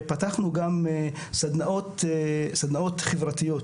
פתחנו גם סדנאות חברתיות.